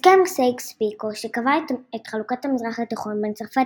הסכם סייקס–פיקו שקבע את חלוקת המזרח התיכון בין צרפת